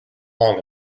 long